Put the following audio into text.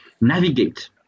navigate